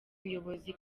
buyobozi